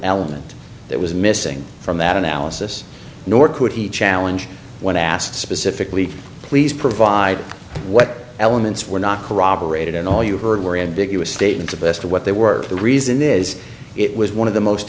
element that was missing from that analysis nor could he challenge when asked specifically please provide what elements were not corroborated and all you heard were ambiguous statements of best of what they were the reason is it was one of the most